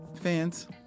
fans